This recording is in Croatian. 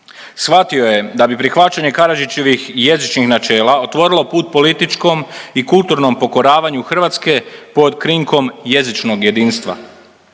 Shvatio je da bi prihvaćanje Karadžićevih jezičnih načela otvorilo put političkom i kulturnom pokoravanju Hrvatske pod krinkom jezičnog jedinstva.